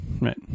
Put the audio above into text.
Right